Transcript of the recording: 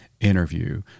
interview